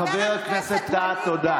חבר הכנסת טאהא, בבקשה ממך.